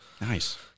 Nice